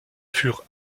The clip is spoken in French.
furent